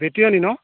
ভেটিয়নি ন'